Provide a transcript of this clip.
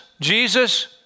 Jesus